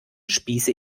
spieße